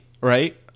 right